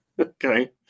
Okay